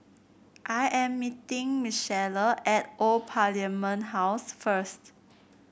I am meeting Michaela at Old Parliament House first